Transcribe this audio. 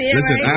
Listen